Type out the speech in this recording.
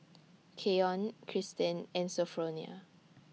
Keyon Kristen and Sophronia